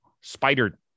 spider